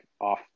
off